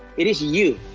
it is you,